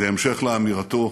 בהמשך לאמירתו